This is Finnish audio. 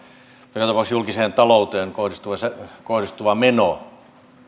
tapauksessa julkiseen talouteen kohdistuva meno